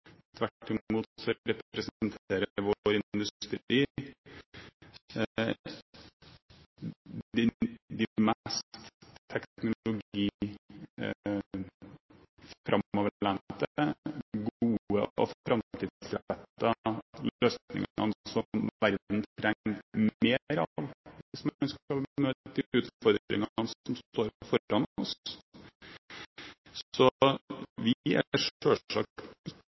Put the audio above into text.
imot representerer vår industri de mest framoverlente, gode og framtidsrettede løsningene som verden trenger mer av hvis man skal møte de utfordringene som står foran oss. Så vi er selvsagt ikke